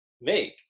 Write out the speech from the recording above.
make